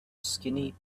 skinny